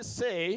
say